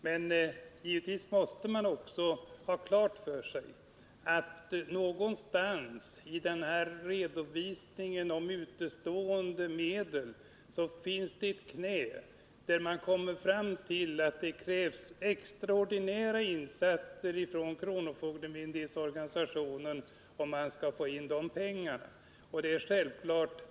Man måste dock även ha klart för sig att det någonstans i den här redovisningen av utestående medel finns ett ”knä”, varefter det krävs extraordinära insatser från kronofogdeorganisationens sida för att få in dessa ytterligare pengar.